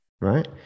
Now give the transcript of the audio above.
right